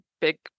big